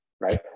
right